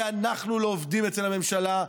כי אנחנו לא עובדים אצל הממשלה,